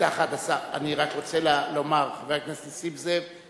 נגעה בדיוק לאותה סוגיה שחברת הכנסת זועבי העלתה,